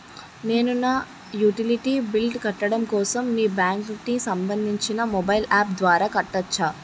నేను నా utility bills కట్టడం కోసం మీ బ్యాంక్ కి సంబందించిన మొబైల్ అప్స్ ద్వారా కట్టవచ్చా?